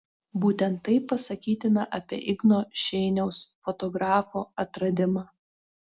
būtent tai pasakytina apie igno šeiniaus fotografo atradimą